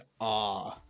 awe